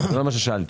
זה לא מה ששאלתי.